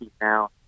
now